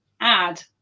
add